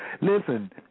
Listen